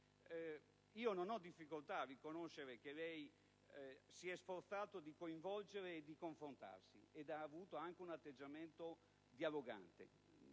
Non ho difficoltà a riconoscere che lei, signor Ministro, si è sforzato di coinvolgere e di confrontarsi: ha avuto anche un atteggiamento dialogante.